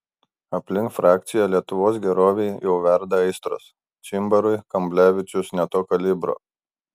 aplink frakciją lietuvos gerovei jau verda aistros čimbarui kamblevičius ne to kalibro